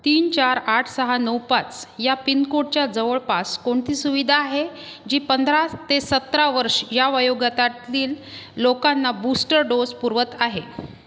तीन चार आठ सहा नऊ पाच या पिनकोडच्या जवळपास कोणती सुविधा आहे जी पंधरा ते सतरा वर्ष या वयोगटातील लोकांना बूस्टर डोस पुरवत आहे